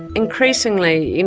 increasingly,